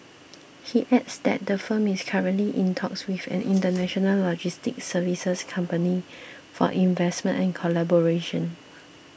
he adds that the firm is currently in talks with an international logistics services company for investment and collaboration